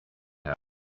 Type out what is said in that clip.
out